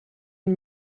une